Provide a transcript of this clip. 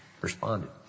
responded